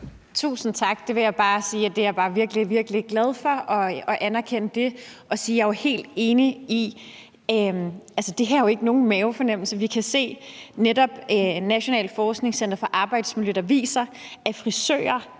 Tusind tak. Jeg vil bare sige, at det er jeg virkelig, virkelig glad for, og anerkende det. Jeg er helt enig i, at det her jo ikke er nogen mavefornemmelse. Vi kan netop se, at Det Nationale Forskningscenter for Arbejdsmiljø viser, at frisører